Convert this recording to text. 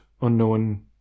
unknown